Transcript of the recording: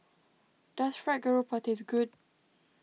does Fried Garoupa taste good